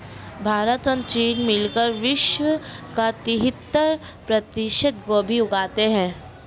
भारत और चीन मिलकर विश्व का तिहत्तर प्रतिशत गोभी उगाते हैं